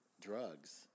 drugs